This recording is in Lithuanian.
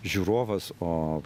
žiūrovas o